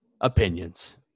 opinions